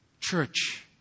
Church